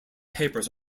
papers